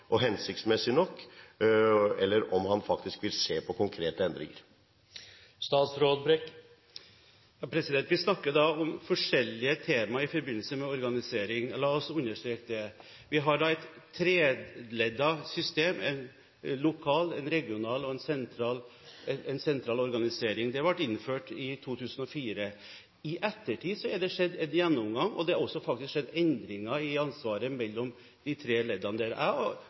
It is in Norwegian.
og hensiktsmessig nok, eller om han vil se på konkrete endringer. Vi snakker jo da om forskjellige temaer i forbindelse med organisering – la oss understreke det. Vi har et treleddet system – en lokal, en regional og en sentral organisering. Det ble innført i 2004. I ettertid har det skjedd en gjennomgang, og det har også faktisk skjedd endringer i ansvaret mellom de tre leddene.